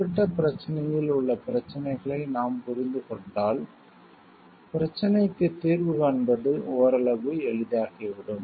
குறிப்பிட்ட பிரச்சனையில் உள்ள பிரச்சனைகளை நாம் புரிந்து கொண்டால் பிரச்சனைக்கு தீர்வு காண்பது ஓரளவு எளிதாகிவிடும்